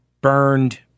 burned